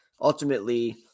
ultimately